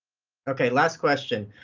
okay, last question.